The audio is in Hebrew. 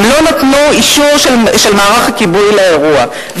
הם לא נתנו אישור של מערך הכיבוי לאירוע.